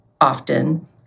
often